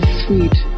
sweet